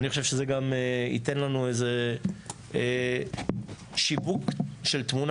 אני חושב שזה גם ייתן לנו איזה שיווק של תמונה